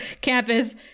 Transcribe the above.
campus